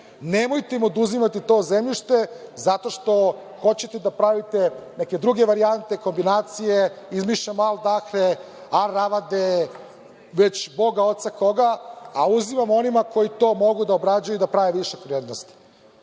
nemojte im oduzimati to zemljište zato što hoćete da pravite neke druge varijante, kombinacije, izmišljamo aldahe, aravade, već boga oca koga, a uzimamo onima koji to mogu da obrađuju i da prave višak vrednosti. Danas